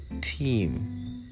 team